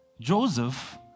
Joseph